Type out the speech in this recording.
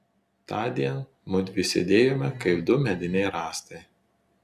tądien mudvi sėdėjome kaip du mediniai rąstai